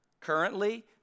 Currently